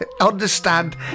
understand